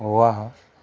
वाह